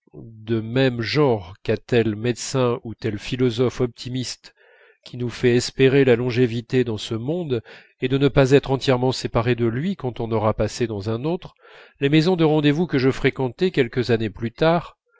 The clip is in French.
de même genre qu'à tel médecin ou tel philosophe optimiste qui nous fait espérer la longévité dans ce monde et de ne pas être entièrement séparé de lui quand on aura passé dans un autre les maisons de rendez-vous que je fréquentai quelques années plus tard